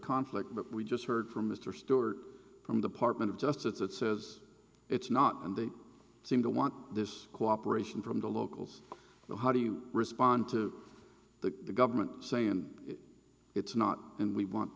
conflict but we just heard from mr stewart from department of justice that says it's not and they seem to want this cooperation from the locals so how do you respond to the the government saying it's not and we want